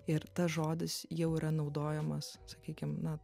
ir tas žodis jau yra naudojamas sakykim na